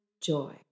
joy